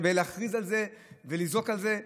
להכריז על זה ולזעוק על זה,